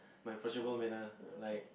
my approachable manner like